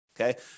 Okay